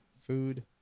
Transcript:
food